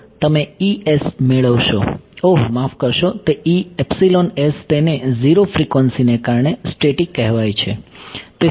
તમે es મેળવશો ઓહ માફ કરશો તે તેને ઝીરો ફ્રિકવન્સીને કારણે સ્ટેટિક કહેવાય છે